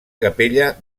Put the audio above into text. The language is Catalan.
capella